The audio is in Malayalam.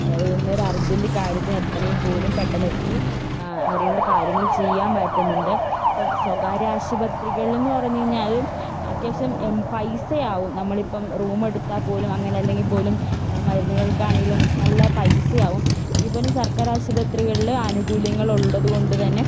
ഇതിൽനിന്നൊരു അർജൻ്റ് കാര്യത്തിന് എത്തണമെങ്കിൽപ്പോലും പെട്ടെന്ന് എത്തി അതിനുള്ള കാര്യങ്ങൾ ചെയ്യാൻ പറ്റുന്നുണ്ട് ഇപ്പം സ്വകാര്യ ആശുപത്രികളെന്ന് പറഞ്ഞു കഴിഞ്ഞാലും അത്യാവശ്യം പൈസയാവും നമ്മളിപ്പം റൂമെടുത്താൽപ്പോലും അങ്ങനെ അല്ലെങ്കിൽപ്പോലും മരുന്നുകൾക്കാണെങ്കിലും നല്ല പൈസയാവും എങ്കിൽപ്പോലും സർക്കാർ ആശുപത്രികളിൽ ആനുകൂല്യങ്ങൾ ഉള്ളതുകൊണ്ടുതന്നെ